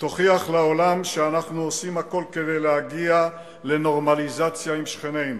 תוכיח לעולם שאנחנו עושים הכול כדי להגיע לנורמליזציה עם שכנינו.